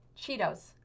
Cheetos